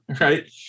right